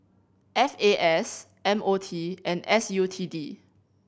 F A S M O T and S U T D